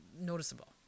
noticeable